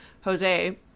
Jose